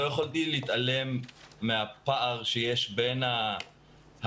לא יכולתי להתעלם מהפער שיש בין ההבנה